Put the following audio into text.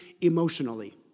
emotionally